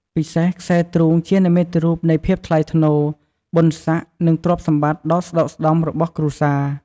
ពិសេសខ្សែទ្រូងជានិមិត្តរូបនៃភាពថ្លៃថ្នូរ បុណ្យស័ក្តិ និងទ្រព្យសម្បត្តិដ៏ស្ដុកស្ដម្ភរបស់គ្រួសារ។